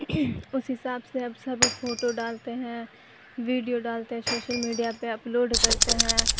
اس حساب سے اب سب فوٹو ڈالتے ہیں ویڈیو ڈالتے ہیں شوشل میڈیا پہ اپلوڈ کرتے ہیں